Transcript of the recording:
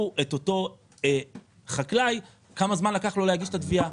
את אותו חקלאי כמה זמן לקח לו להגיש את התביעה.